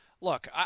Look